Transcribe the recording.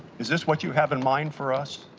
is this what you have in mind for us?